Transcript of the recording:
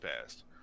past